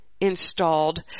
installed